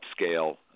upscale